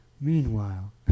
Meanwhile